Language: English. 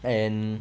and